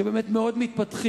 שבאמת מאוד מתפתחים.